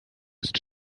ist